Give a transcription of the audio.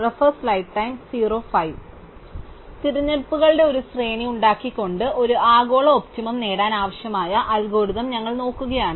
അതിനാൽ തിരഞ്ഞെടുപ്പുകളുടെ ഒരു ശ്രേണി ഉണ്ടാക്കിക്കൊണ്ട് ഒരു ആഗോള ഒപ്റ്റിമം നേടാൻ ആവശ്യമായ അൽഗോരിതം ഞങ്ങൾ നോക്കുകയാണ്